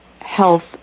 health